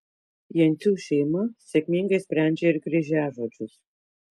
jencių šeima sėkmingai sprendžia ir kryžiažodžius